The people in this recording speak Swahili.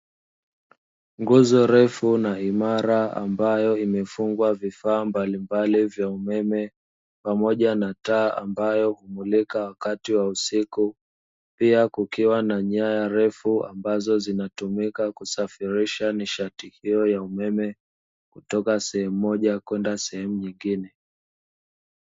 Nguzo ndefu na imara ambayo imefungwa vifaa mbalimbali vya umeme pamoja na taa ambayo humulika wakati wa usiku pia kukiwa na nyaya refu ambazo zinatumika kusafirisha nishati hiyo ya umeme kutoka sehemu moja kwenda sehemu nyingine.